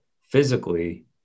physically